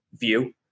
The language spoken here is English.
view